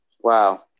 Wow